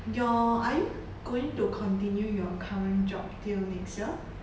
your are you going to continue your current job till next year